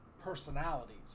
personalities